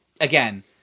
again